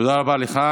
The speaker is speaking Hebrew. תודה רבה לך.